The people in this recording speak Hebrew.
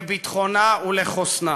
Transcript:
לביטחונה ולחוסנה.